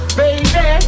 baby